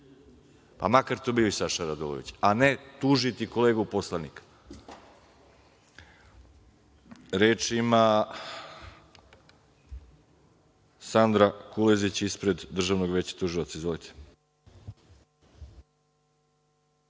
pa makar to bio i Saša Radulović, a ne tužiti kolegu poslanika. Reč ima Sandra Kulezić, ispred Državnog veća tužilaca. Izvolite.